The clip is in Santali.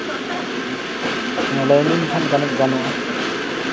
ᱦᱮᱸ ᱞᱟᱹᱭᱟᱞᱤᱧ ᱠᱷᱟᱱ ᱠᱟᱹᱴᱤᱡ ᱜᱟᱱᱚᱜᱼᱟ